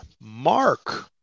Mark